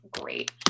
great